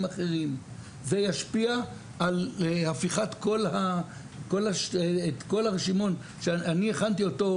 אחרים זה ישפיע על הפיכת כל הרשימון שאני הכנתי אותו,